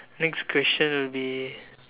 next question will be